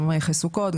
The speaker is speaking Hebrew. גם אחרי סוכות,